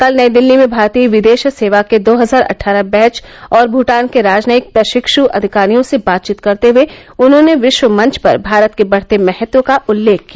कल नई दिल्ली में भारतीय विदेश सेवा के दो हजार अट्ठारह बैच और भूटान के राजनयिक प्रशिक्ष अधिकारियों से बातचीत करते हुए उन्होंने विश्व मंच पर भारत के बढ़ते महत्व का उल्लेख किया